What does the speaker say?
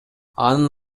анын